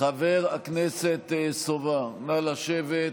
חבר הכנסת סובה, נא לשבת.